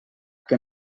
que